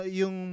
yung